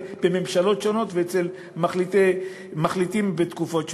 בממשלות שונות ואצל מחליטים בתקופות שונות.